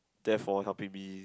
therefore helping me